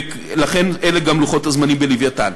ולכן אלה גם לוחות-הזמנים ב"לווייתן".